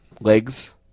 legs